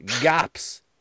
gaps